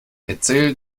erzähl